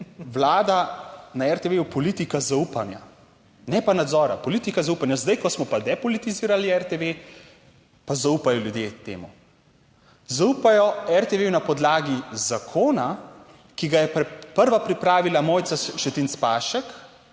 vlada na RTV politika zaupanja ne pa nadzora, politika zaupanja. Zdaj, ko smo pa depolitizirali RTV, pa zaupajo ljudje temu. Zaupajo RTV na podlagi zakona, ki ga je prva pripravila Mojca Šetinc Pašek,